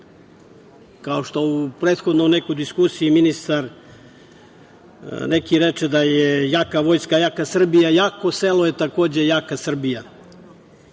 što je u prethodnoj diskusiji ministar neki reče da je jaka vojska jaka Srbija, jako selo je takođe jaka Srbija. Imajući